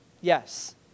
Yes